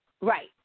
Right